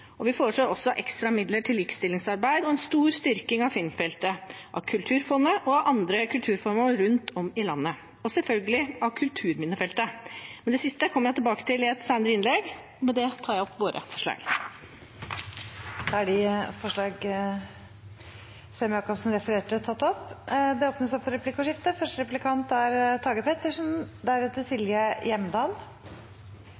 Vi foreslår også ekstra midler til likestillingsarbeid og en stor styrking av filmfeltet, av Kulturfondet og av andre kulturformål rundt om i landet, og selvfølgelig av kulturminnefeltet. Det siste kommer jeg tilbake til i et senere innlegg. Med dette tar jeg opp våre forslag. Representanten Åslaug Sem-Jacobsen har tatt opp de forslagene hun refererte